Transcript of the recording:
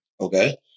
Okay